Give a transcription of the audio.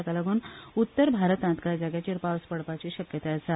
ताका लागून उत्तर भागांत कांय जाग्यांचेर पावस पडपाची शक्यताय आसा